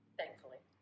thankfully